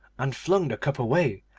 and flung the cup away,